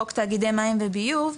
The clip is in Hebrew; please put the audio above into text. חוק תאגידי מים וביוב,